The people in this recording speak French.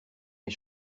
mes